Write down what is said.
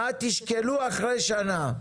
מה תשקלו אחרי שנה.